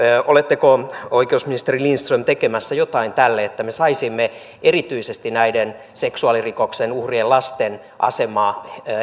oletteko oikeusministeri lindström tekemässä jotain tälle että me saisimme erityisesti näiden seksuaalirikoksen uhrien lasten asemaa